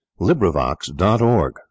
LibriVox.org